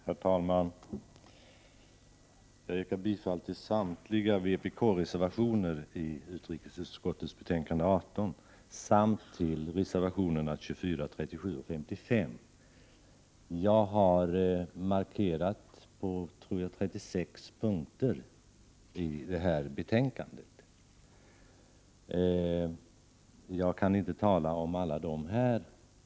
Herr talman! Jag yrkar bifall till samtliga vpk-reservationer i utrikesutskottets betänkande 18 samt till reservationerna 24, 37 och 55. Jag har gjort markeringar på, tror jag, 36 punkter i betänkandet. Jag kan inte ta upp alla här.